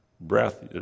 breath